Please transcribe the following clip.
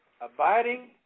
abiding